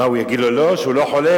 מה הוא יגיד לו, לא, שהוא לא חולה?